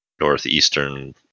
northeastern